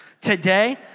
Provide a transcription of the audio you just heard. Today